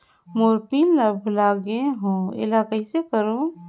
मोर PIN ला भुला गे हो एला कइसे करो?